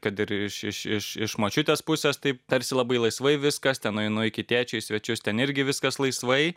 kad ir iš iš iš iš močiutės pusės taip tarsi labai laisvai viskas tai nueinu iki tėčio svečius ten irgi viskas laisvai